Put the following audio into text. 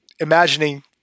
imagining